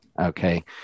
okay